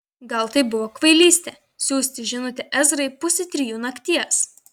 gal tai buvo kvailystė siųsti žinutę ezrai pusę trijų nakties